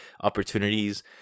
opportunities